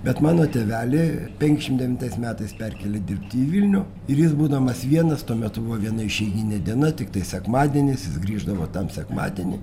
bet mano tėvelį penkiasdešimt devintais metais perkėlė dirbti į vilnių ir jis būdamas vienas tuo metu buvo viena išeiginė diena tiktai sekmadienis jis grįždavo tam sekmadienį